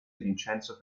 vincenzo